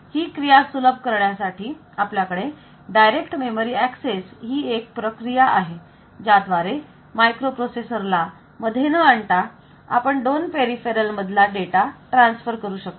म्हणून ही क्रिया सुलभ करण्यासाठी आपल्याकडे डायरेक्ट मेमरी ऍक्सेस ही एक प्रक्रिया आहे ज्याद्वारे मायक्रोप्रोसेसर ला मधे न आणता आपण दोन पेरिफेरल मधला डेटा ट्रान्सफर करू शकतो